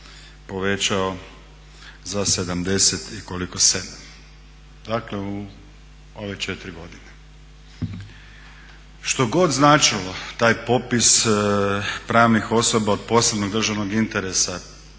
povećao za 77 dakle u ove četiri godine. Što god značio taj popis pravnih osoba od posebnog državnog interesa